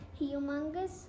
humongous